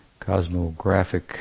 cosmographic